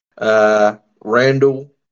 Randall